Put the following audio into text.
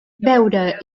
beure